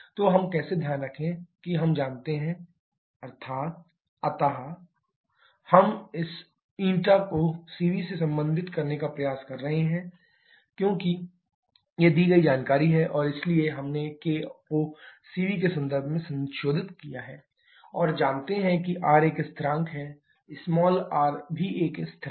तो हम कैसे ध्यान रखें कि हम जानते हैं kcpcv अर्थात् k 1cp cvcvRcv अतः 1 1r Rcv1 r Rcv हम इस η को cv से संबंधित करने का प्रयास कर रहे हैं क्योंकि ये दी गई जानकारी हैं और इसीलिए हमने k को cv के संदर्भ में संशोधित किया है और जानते हैं कि R एक स्थिरांक है r भी एक स्थिर है